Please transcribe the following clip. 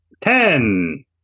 Ten